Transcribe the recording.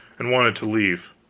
and wanted to leave,